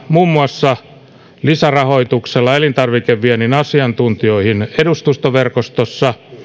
muun muassa lisärahoituksella elintarvikeviennin asiantuntijoihin edustustoverkostossa